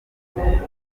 bimworoheye